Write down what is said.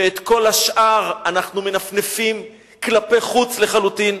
ואת כל השאר אנחנו מנפנפים כלפי חוץ לחלוטין.